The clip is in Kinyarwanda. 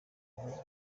ikibazo